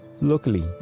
Luckily